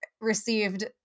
received